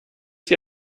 sie